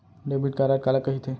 Debit card काला कहिथे?